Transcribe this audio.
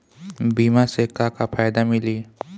बीमा से का का फायदा मिली?